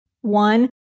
one